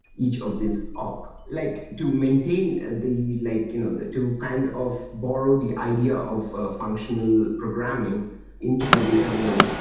each of this op. like to maintain and the like you know the to kind of borrow the idea of functional programming into the data world,